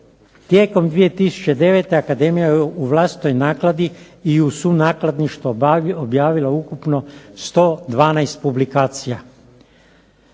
Tijekom 2009. akademija je u vlastitoj nakladi i u sukladništvo objavila ukupno 112 publikacija.